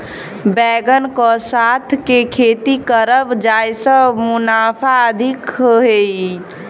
बैंगन कऽ साथ केँ खेती करब जयसँ मुनाफा अधिक हेतइ?